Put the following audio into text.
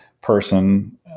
person